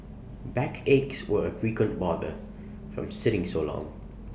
backaches were A frequent bother from sitting so long